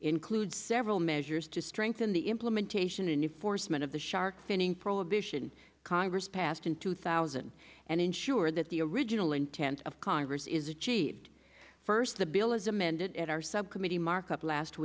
includes several measures to strengthen the implementation and you foresman of the shark finning prohibition congress passed in two thousand and ensured that the original intent of congress is achieved first the bill was amended subcommittee markup last